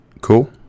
Cool